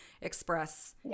express